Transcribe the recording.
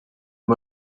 him